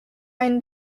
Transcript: eine